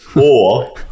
or-